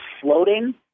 floating